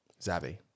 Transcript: Zabby